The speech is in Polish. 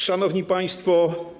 Szanowni Państwo!